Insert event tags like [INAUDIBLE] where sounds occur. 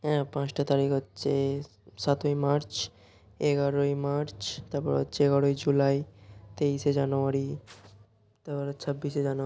হ্যাঁ পাঁচটা তারিখ হচ্ছে সাতই মার্চ এগারোই মার্চ তারপর হচ্ছে এগারোই জুলাই তেইশে জানুয়ারি তরপরে ছাব্বিশে [UNINTELLIGIBLE]